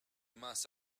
más